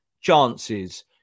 chances